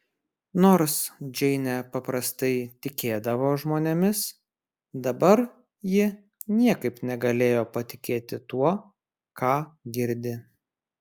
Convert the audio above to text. nors džeinė paprastai tikėdavo žmonėmis dabar ji niekaip negalėjo patikėti tuo ką girdi